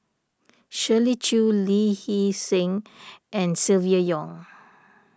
Shirley Chew Lee Hee Seng and Silvia Yong